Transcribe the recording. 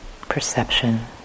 perception